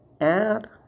add